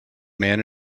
man